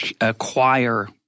acquire